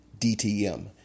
DTM